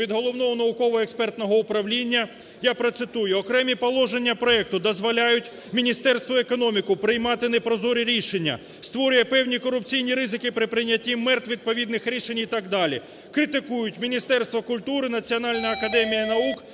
від Головного науково-експертне управління. Я процитую: "Окремі положення проекту дозволяють Міністерству економіки приймати непрозорі рішення, створює певні корупційні ризики при прийнятті МЕРТ відповідних рішень і так далі". Критикують Міністерство культури, Національна академія наук,